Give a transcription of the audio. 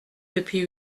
depuis